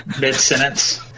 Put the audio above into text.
mid-sentence